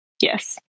yes